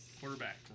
Quarterback